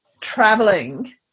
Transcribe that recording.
traveling